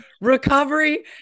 recovery